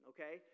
Okay